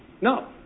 No